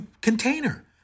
Container